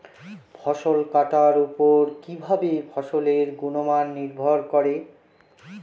ফসল কাটার উপর কিভাবে ফসলের গুণমান নির্ভর করে?